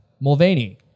Mulvaney